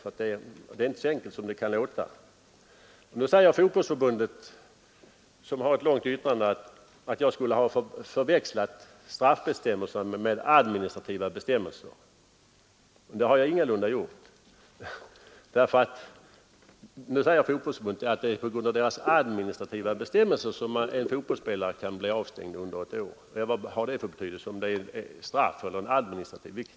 Fotbollförbundet, som har avgivit ett långt yttrande, anser att jag skulle ha förväxlat straffbestämmelser med administrativa bestämmelser. Det har jag ingalunda gjort. Fotbollförbundet säger att det är på grund av administrativa bestämmelser som en fotbollsspelare kan bli avstängd under ett år. Ja, vad har det för betydelse om det är bestraffningsregler eller administrativa regler?